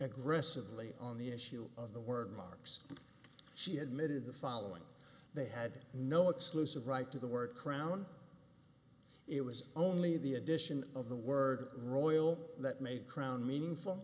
aggressively on the issue of the work marks she admitted the following they had no exclusive right to the word crown it was only the addition of the word royal that made crown meaningful